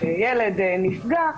כשילד נפגע,